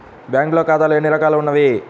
బ్యాంక్లో ఖాతాలు ఎన్ని రకాలు ఉన్నావి?